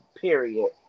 Period